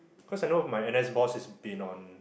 cause I know my N_S boss is been on